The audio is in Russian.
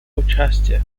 участия